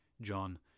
John